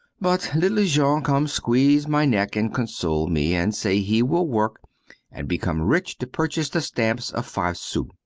but little jean come squeeze my neck and console me, and say he will work and become rich to purchase the stamps of five sous.